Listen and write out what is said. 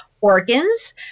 organs